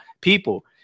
people